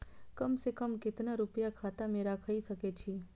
कम से कम केतना रूपया खाता में राइख सके छी?